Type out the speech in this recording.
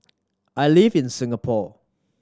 I live in Singapore